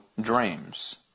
dreams